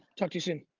talk to you soon.